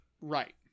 Right